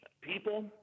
people